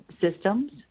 systems